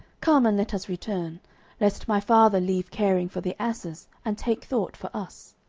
come, and let us return lest my father leave caring for the asses, and take thought for us.